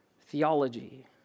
theology